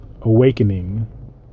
awakening